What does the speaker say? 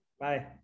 Bye